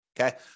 Okay